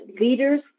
leaders